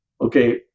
okay